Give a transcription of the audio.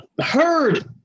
Heard